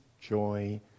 joy